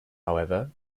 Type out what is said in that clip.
however